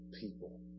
people